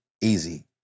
easy